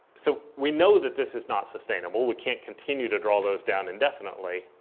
so we know that this is not sustainable. we can't continue to draw those down indefinitely.